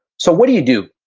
so what do you do?